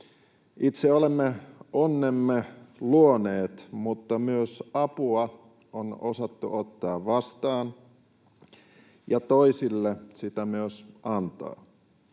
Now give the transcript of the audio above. Itse olemme onnemme luoneet, mutta myös apua on osattu ottaa vastaan ja toisille sitä myös antaa.